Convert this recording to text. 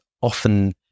often